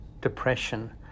depression